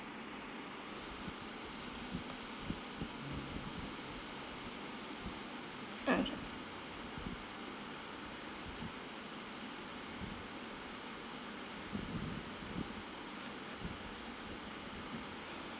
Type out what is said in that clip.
okay